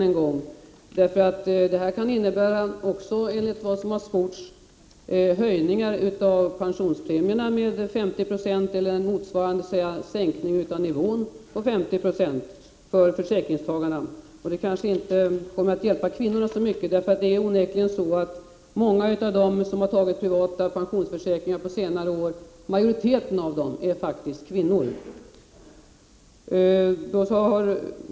Enligt vad som har sports kan det innebära höjningar av pensionspremierna med 50 26, eller motsvarande sänkning av nivån med 50 90 för försäkringstagarna. Det kommer kanske inte att hjälpa kvinnorna så mycket. Det är onekligen så att majoriteten av dem som har tagit privata pensionsförsäkringar på senare år är kvinnor.